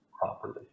properly